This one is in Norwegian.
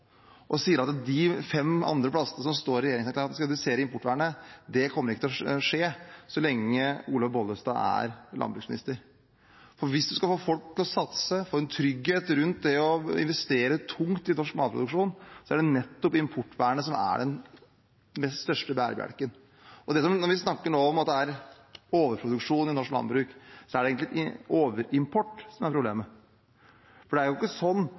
og sier om de fem andre plassene hvor det står i regjeringsplattformen at man skal redusere importvernet, at det ikke kommer til å skje så lenge Olaug V. Bollestad er landbruksminister. Hvis man skal få folk til å satse, få en trygghet rundt det å investere tungt i norsk matproduksjon, er det nettopp importvernet som er den største bærebjelken. Når vi nå snakker om at det er overproduksjon i norsk landbruk, er det egentlig overimport som er problemet. For det er ikke sånn